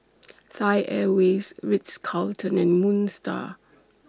Thai Airways Ritz Carlton and Moon STAR